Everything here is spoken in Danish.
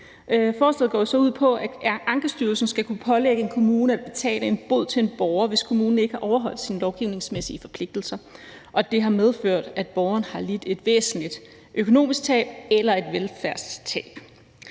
forslaget går ud på, at Ankestyrelsen skal kunne pålægge en kommune at betale en bod til en borger, hvis kommunen ikke har overholdt sine lovgivningsmæssige forpligtelser og det har medført, at borgeren har lidt et væsentligt økonomisk tab eller et velfærdstab.